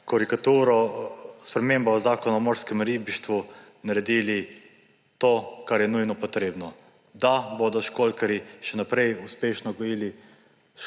korekturo, spremembo zakona o morskem ribištvu naredili to, kar je nujno potrebno, da bodo školjkarji še naprej uspešno gojili